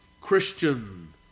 Christian